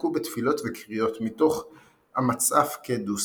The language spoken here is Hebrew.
הסתפקו בתפילות ובקריאה מתוך המצהף קדוס